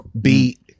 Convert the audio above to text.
beat